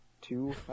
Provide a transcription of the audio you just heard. Two